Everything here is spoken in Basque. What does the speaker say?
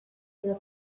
edo